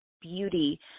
beauty